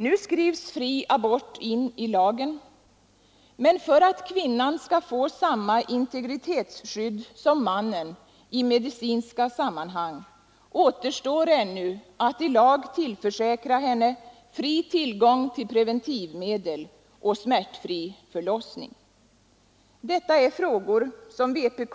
Nu skrivs fri abort in i lagen, men för att kvinnan skall få samma integritetsskydd som mannen i medicinska sammanhang återstår ännu att i lag tillförsäkra henne fri tillgång till preventivmedel och smärtfri förlossning. Detta är frågor som vpk